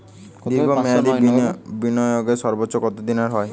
দীর্ঘ মেয়াদি বিনিয়োগের সর্বোচ্চ কত দিনের হয়?